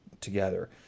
together